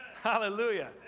Hallelujah